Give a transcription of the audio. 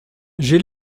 j’ai